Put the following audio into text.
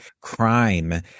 crime